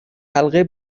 حلقه